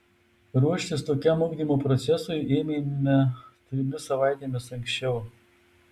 ruoštis tokiam ugdymo procesui ėmėme trimis savaitėmis anksčiau